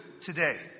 today